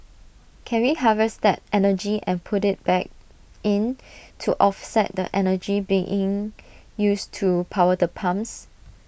can we harvest that energy and put IT back in to offset the energy being used to power the pumps